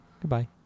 goodbye